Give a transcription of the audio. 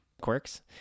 quirks